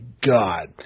God